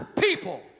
people